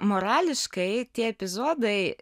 morališkai tie epizodai